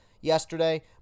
yesterday